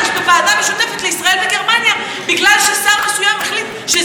לישראל וגרמניה בגלל ששר מסוים החליט שכרגע היא לא יכולה,